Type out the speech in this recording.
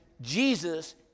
Jesus